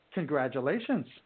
Congratulations